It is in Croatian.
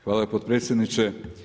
Hvala potpredsjedniče.